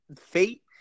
fate